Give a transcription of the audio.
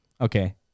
Okay